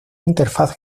interfaz